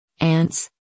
Ants